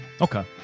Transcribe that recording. Okay